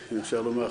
אם אפשר לומר,